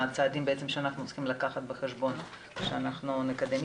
הצעדים שאנחנו צריכים לקחת בחשבון שאנחנו נקדם.